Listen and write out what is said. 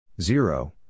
Zero